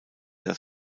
das